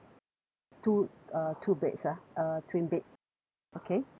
a two a two beds ah a twin beds okay